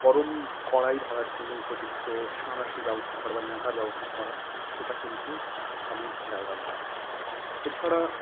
গরম কড়াই ধরার জন্য উপযুক্ত সাঁড়াশির ব্যবস্থা করা বা ন্যাতার ব্যবস্থা করা সেটা কিন্তু আমি খেয়াল রাখব এছাড়া